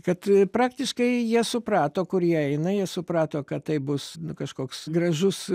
kad praktiškai jie suprato kur jie eina jie suprato kad tai bus kažkoks gražus